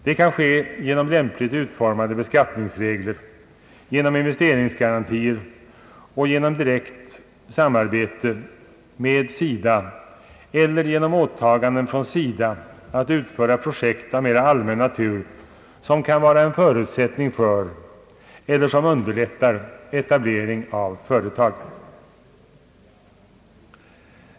Det kan ske genom lämpligt utformade beskattningsregler, genom investeringsgarantier och genom direkt samarbete med SIDA eller genom åtaganden från SIDA att utföra projekt av mera allmän natur som kan vara en förutsättning för eller som underlättar etablering av företag.